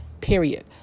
period